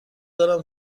دارم